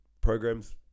programs